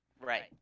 right